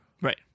Right